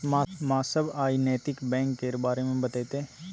मास्साब आइ नैतिक बैंक केर बारे मे बतेतै